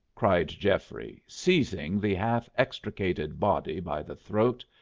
cried geoffrey, seizing the half-extricated body by the throat.